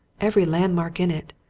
every landmark in it,